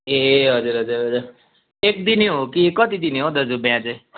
ए हजुर हजुर हजुर एक दिने हो कि कति दिने हो दाजु बिहा चाहिँ